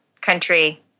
country